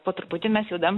po truputį mes judam